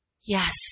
Yes